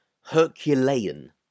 Herculean